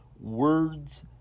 words